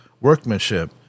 workmanship